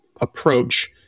approach